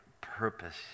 purpose